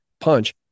punch